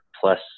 plus